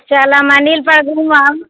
चलब मंदिर पर घूमब